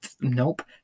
nope